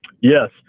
Yes